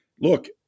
Look